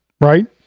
Right